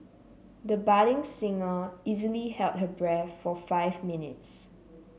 the budding singer easily held her breath for five minutes